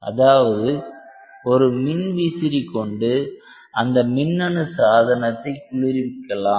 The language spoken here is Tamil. அதாவது ஒரு மின்விசிறியை கொண்டு அந்த மின்னணு சாதனத்தை குளிர்விக்கலாம்